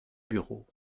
bureau